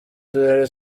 turere